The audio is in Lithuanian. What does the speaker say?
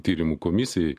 tyrimų komisijai